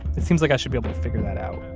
it seems like i should be able to figure that out